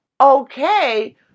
okay